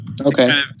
Okay